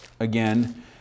again